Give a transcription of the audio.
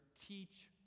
teach